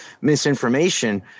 misinformation